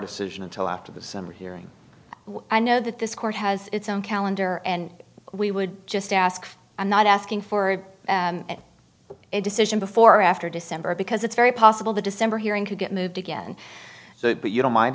decision until after the summer hearing i know that this court has its own calendar and we would just ask i'm not asking for a decision before or after december because it's very possible the december hearing could get moved again so that you don't mind